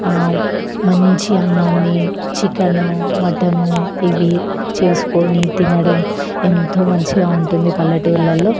మంచి అన్నాన్ని chicken mutton ఇవి చేసుకుని తినడం ఎంతో మంచిగా ఉంటుంది పల్లెటూర్లల్లో